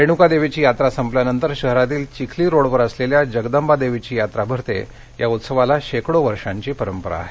रेणुका देवीची यात्रा संपल्यानंतर शहरातील चिखली रोडवर असलेल्या जगदंबा देवीची यात्रा भरते या उत्सवाला शेकडो वर्षाची परंपरा आहे